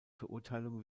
verurteilung